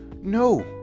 no